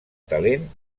talent